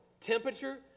Temperature